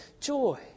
Joy